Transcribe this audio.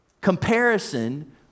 Comparison